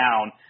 down